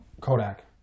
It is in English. Kodak